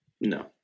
No